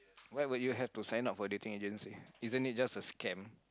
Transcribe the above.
why would you have to sign up for dating agency isn't it just a scam